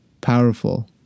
powerful